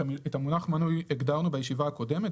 את המונח מנוי הגדרנו בישיבה הקודמת.